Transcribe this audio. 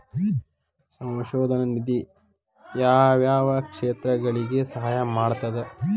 ಸಂಶೋಧನಾ ನಿಧಿ ಯಾವ್ಯಾವ ಕ್ಷೇತ್ರಗಳಿಗಿ ಸಹಾಯ ಮಾಡ್ತದ